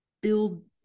build